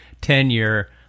tenure